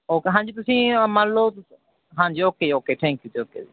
okay ਹਾਂਜੀ ਤੁਸੀਂ ਉਹ ਮੰਨ ਲਓ ਹਾਂਜੀ ਓਕੇ ਜੀ ਓਕੇ ਥੈਂਕ ਯੂ ਜੀ ਓਕੇ ਜੀ